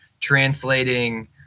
translating